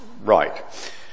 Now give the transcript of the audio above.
right